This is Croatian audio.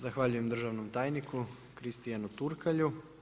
Zahvaljujem državnom tajniku Kristianu Turkalju.